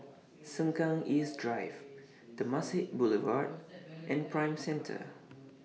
Sengkang East Drive Temasek Boulevard and Prime Centre